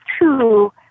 two